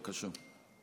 בבקשה.